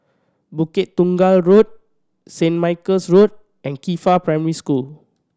Bukit Tunggal Road Saint Michael's Road and Qifa Primary School